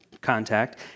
contact